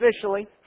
officially